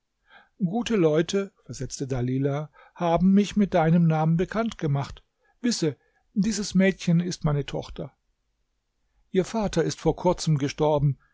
gute leute versetzte dalilah haben mich mit deinem namen bekannt gemacht wisse dieses mädchen ist meine tochter ihr vater ist vor kurzem gestorben